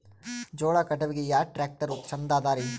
ಜೋಳ ಕಟಾವಿಗಿ ಯಾ ಟ್ಯ್ರಾಕ್ಟರ ಛಂದದರಿ?